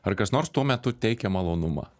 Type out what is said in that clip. ar kas nors tuo metu teikė malonumą